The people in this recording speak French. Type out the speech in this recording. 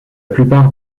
plupart